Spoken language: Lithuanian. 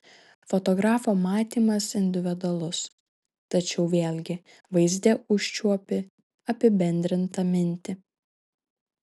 fotografo matymas individualus tačiau vėlgi vaizde užčiuopi apibendrintą mintį